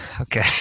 Okay